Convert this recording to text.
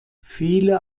viele